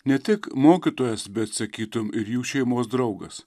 ne tik mokytojas bet sakytum ir jų šeimos draugas